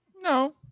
no